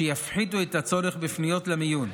שיפחיתו את הצורך בפניות למיון,